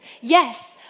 Yes